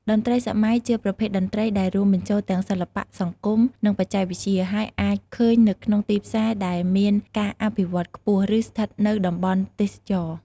តន្ត្រីសម័យជាប្រភេទតន្ត្រីដែលរួមបញ្ចូលទាំង សិល្បៈ សង្គម និងបច្ចេកវិទ្យា ហើយអាចឃើញនៅក្នុងទីផ្សារដែលមានការអភិវឌ្ឍខ្ពស់ ឬស្ថិតនៅតំបន់ទេសចរណ៍។